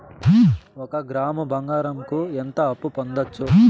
ఒక గ్రాము బంగారంకు ఎంత అప్పు పొందొచ్చు